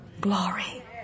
glory